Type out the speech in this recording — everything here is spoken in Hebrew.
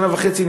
שנה וחצי,